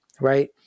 right